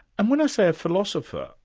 and when i say a philosopher,